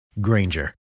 Granger